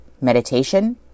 meditation